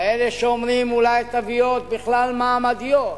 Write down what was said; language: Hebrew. כאלה שאומרים שאולי התוויות בכלל מעמדיות,